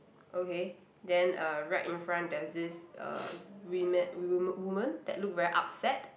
okay then uh right in front there's this uh women wom~ woman that look very upset